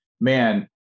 man